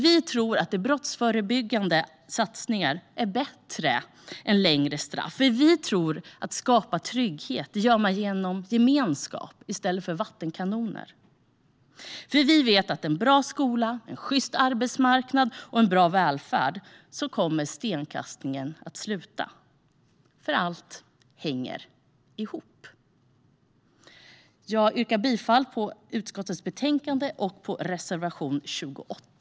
Vi tror att brottsförebyggande satsningar är bättre än längre straff. Vi tror att man skapar trygghet genom gemenskap i stället för med vattenkanoner. Vi vet nämligen att med en bra skola, en sjyst arbetsmarknad och en bra välfärd kommer stenkastningen att sluta, eftersom allt hänger ihop. Jag yrkar bifall till förslaget i utskottets betänkande och till reservation 28.